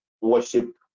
worship